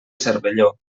cervelló